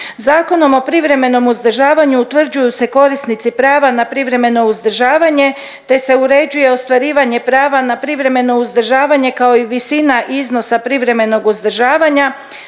Zakonom o privremenom uzdržavanju utvrđuju se korisnici prava na privremeno uzdržavanje te se uređuje ostvarivanje prava na privremeno uzdržavanje kao i visina iznosa privremenog uzdržavanja,